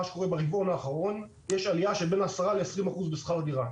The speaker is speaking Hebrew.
ברבעון האחרון יש עלייה של בין 10% ל-20% בשכר דירה.